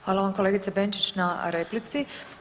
Hvala vam kolegice Benčić na replici.